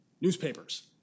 newspapers